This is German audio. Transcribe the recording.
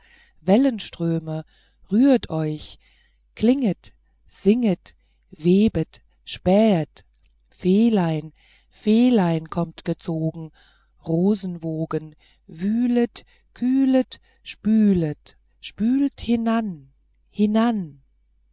trarah wellenströme rührt euch klinget singet webet spähet feelein feelein kommt gezogen rosenwogen wühlet kühlet spület spült hinan hinan